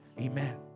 Amen